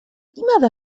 لماذا